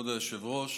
כבוד היושב-ראש,